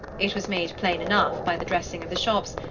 it was made plain enough, by the dressing of the shops,